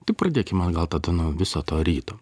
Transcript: tai pradėkime gal tada nuo viso to ryto